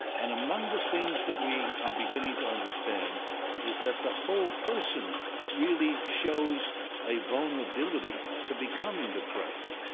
and among the things that we are beginning to understand is that the whole person really shows a vulnerability to becoming depressed,